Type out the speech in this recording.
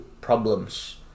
problems